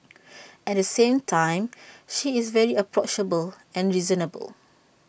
at the same time she is very approachable and reasonable